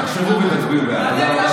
תחשבו ותצביעו בעד.